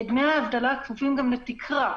דמי האבטלה כפופים גם לתקרה,